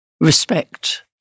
respect